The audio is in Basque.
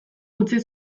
utzi